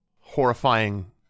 horrifying